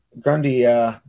Grundy